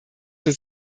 zur